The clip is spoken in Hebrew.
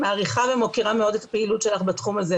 אני מעריכה ומוקירה מאוד את הפעילות שלך בתחום הזה,